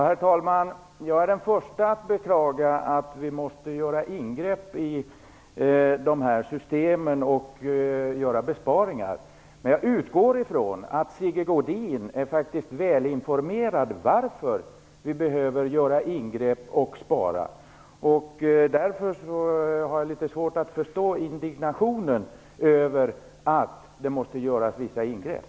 Herr talman! Jag är den första att beklaga att vi måste göra ingrepp och besparingar i dessa system. Men jag utgår ifrån att Sigge Godin faktiskt är välinformerad om anledningen till att vi behöver göra ingrepp och spara. Därför har jag litet svårt att förstå indignationen över att det måste göras vissa ingrepp.